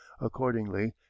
Accordingly